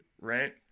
right